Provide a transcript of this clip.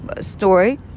story